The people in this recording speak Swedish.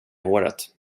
håret